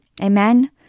Amen